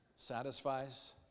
satisfies